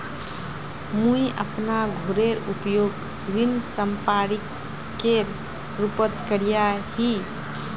मुई अपना घोरेर उपयोग ऋण संपार्श्विकेर रुपोत करिया ही